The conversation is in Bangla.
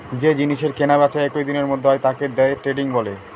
যে জিনিসের কেনা বেচা একই দিনের মধ্যে হয় তাকে দে ট্রেডিং বলে